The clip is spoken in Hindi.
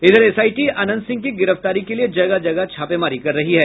इधर एसआईटी अनंत सिंह की गिरफ्तारी के लिए जगह जगह छापेमारी कर रही है